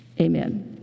Amen